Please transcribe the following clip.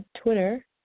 Twitter